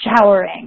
showering